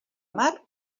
mar